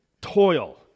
toil